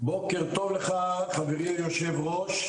בוקר טוב לך חברי היו"ר,